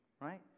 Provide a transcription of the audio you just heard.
right